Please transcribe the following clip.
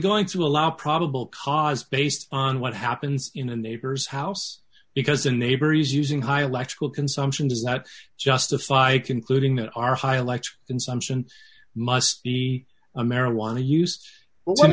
going to allow probable cause based on what happens in a neighbor's house because a neighbor is using high electrical consumption does that justify concluding that our highlights consumption must be a marijuana use well what